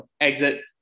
exit